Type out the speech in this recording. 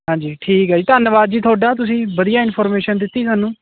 ਹਾਂਜੀ ਠੀਕ ਹੈ ਜੀ ਧੰਨਵਾਦ ਜੀ ਤੁਹਾਡਾ ਤੁਸੀਂ ਵਧੀਆ ਇਨਫੋਰਮੇਸ਼ਨ ਦਿੱਤੀ ਸਾਨੂੰ